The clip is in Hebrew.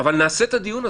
אבל נעשה את הדיון הזה.